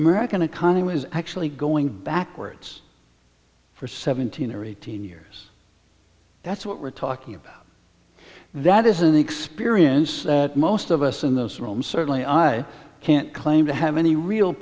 american economy is actually going backwards for seventeen or eighteen years that's what we're talking about that is an experience that most of us in this room certainly i can't claim to have any real